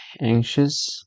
anxious